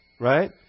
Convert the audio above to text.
right